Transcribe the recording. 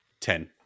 Ten